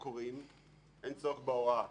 קורים, אין צורך בהוראה.